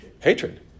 Hatred